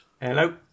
Hello